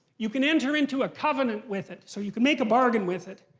you can enter into a covenant with it. so you can make a bargain with it.